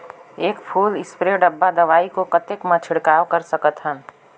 एक full spray डब्बा दवाई को कतेक म छिड़काव कर सकथन?